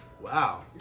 Wow